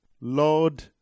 Lord